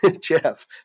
Jeff